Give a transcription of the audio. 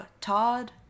Todd